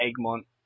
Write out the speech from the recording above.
Egmont